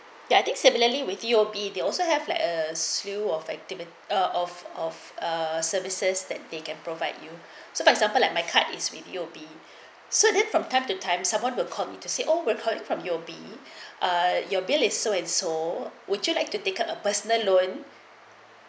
ya I think similarly with U_O_B they also have like a slew of active and uh of of uh services that they can provide you so for example like my card is with U_O_B said it from time to time someone will call me to see all recorded from U_O_B your beliefs so and so would you like to take up a personal loan